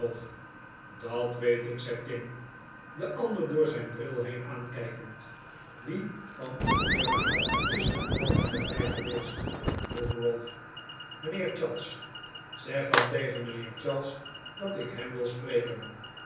dat weet ik zei tim den ander door zijn bril heen aankijkend wie van uw firma is vanmorgen bij mij geweest vroeg ralph mijnheer charles zeg dan tegen mijnheer charles dat ik hem wil spreken